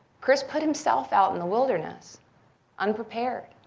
chris put himself out in the wilderness unprepared.